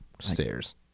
stairs